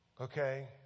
okay